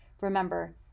Remember